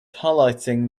highlighting